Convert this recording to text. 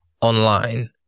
online